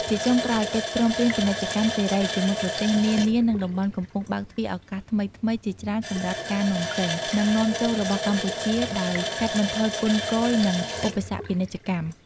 ជាចុងក្រោយ កិច្ចព្រមព្រៀងពាណិជ្ជកម្មសេរី ជាមួយប្រទេសនានា និងតំបន់កំពុងបើកទ្វារឱកាសថ្មីៗជាច្រើនសម្រាប់ការនាំចេញ និងនាំចូលរបស់កម្ពុជា ដោយកាត់បន្ថយពន្ធគយ និងឧបសគ្គពាណិជ្ជកម្ម។